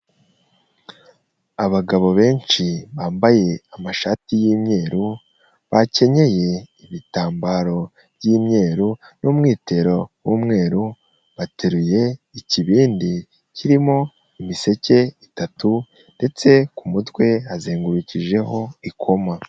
Abagabo benshi bambaye amashati y'imyeru, bakenyeye ibitambaro by'imyeru n'umwitero w'umweru, bateruye ikibindi kirimo imiseke itatu ndetse ku mutwe hazengurukijeho ikoma.